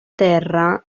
terra